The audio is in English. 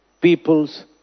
people's